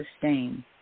sustain